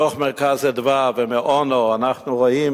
מדוח "מרכז אדוה" ומדוח-אונו אנחנו רואים